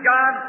God